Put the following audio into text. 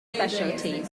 speciality